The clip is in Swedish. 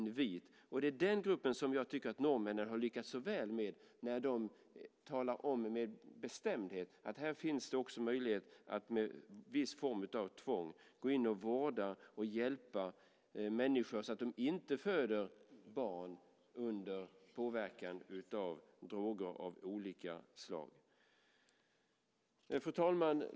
Det är den gruppen som jag tycker att norrmännen har lyckats så väl med när de talar om med bestämdhet att det också finns möjlighet att med en viss form av tvång gå in och vårda och hjälpa kvinnor så att de inte föder barn under påverkan av droger av olika slag. Fru talman!